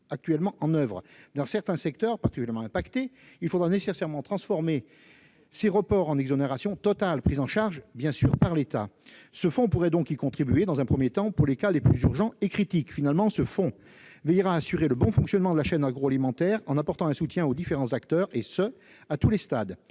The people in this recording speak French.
actuellement mis en oeuvre. Dans certains secteurs particulièrement impactés, il faudra nécessairement transformer ces reports en exonérations totales, prises en charge par l'État. Ce fonds pourrait y contribuer dans un premier temps, pour les cas les plus urgents et critiques. En définitive, il assurera le bon fonctionnement de la chaîne agroalimentaire en apportant un soutien aux différents acteurs, et ce à tous les stades,